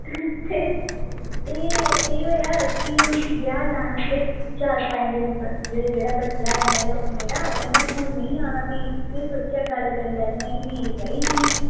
ते एह् होआ कि असें ब्याह् जाना ते चार पंज दिन जेह्ड़ा बच्चा ऐ मेरा ते उन्नै स्कूल निं आना फ्ही में सोचेआ कि गल्ल करी लैने आं कि लीव चाहिदी ही